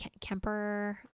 Kemper